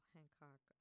Hancock